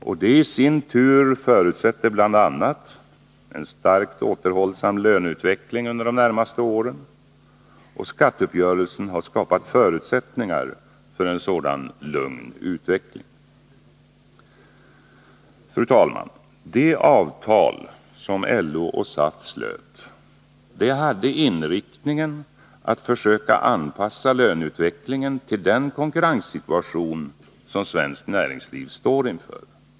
Och det i sin tur förutsätter bl.a. en starkt återhållsam löneutveckling de närmaste åren. Skatteuppgörelsen har skapat förutsättningar för en sådan lugn utveckling. Fru talman! Det avtal som LO och SAF slöt hade inriktningen att försöka anpassa löneutvecklingen till den konkurrenssituation som svenskt näringsliv står inför.